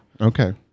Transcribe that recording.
Okay